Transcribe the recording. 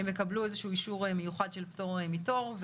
הם יקבלו איזשהו אישור מיוחד של פטור מתור,